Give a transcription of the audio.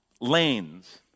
lanes